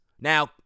Now